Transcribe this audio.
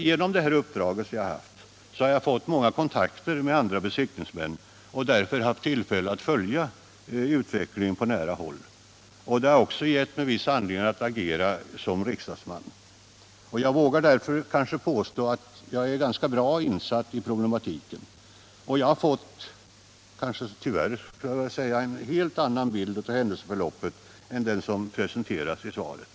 Genom det uppdrag jag haft har jag dock fått många kontakter med andra besiktningsmän och därvid haft tillfälle att följa utvecklingen på nära håll. Detta har Nr 26 också gett mig anledning att agera som riksdagsman. Därför vågar jag Måndagen den påstå att jag är ganska väl insatt i problematiken. Jag har — tyvärr, kanske 14 november 1977 man kan säga — fått en helt annan bild av händelseförloppet än den ndniesipstäflarsn ne att som nu presenteras i svaret.